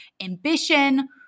ambition